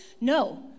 No